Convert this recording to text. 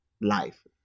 life